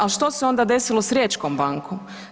Al što se onda desilo s riječkom bankom?